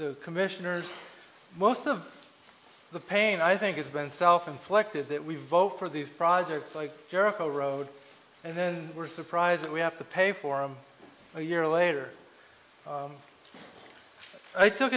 the commissioners most of the pain i think it's been self inflicted that we vote for these projects like jericho road and then we're surprised that we have to pay for a year later i took